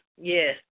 Yes